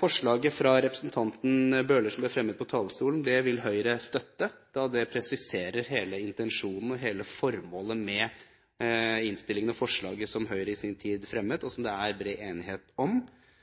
Forslaget fra representanten Bøhler, som ble fremmet fra talerstolen, vil Høyre støtte, da det presiserer hele intensjonen og hele formålet med innstillingen og forslaget som Høyre i sin tid fremmet, og som det er bred enighet om.